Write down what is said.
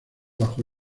bajo